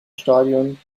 stadion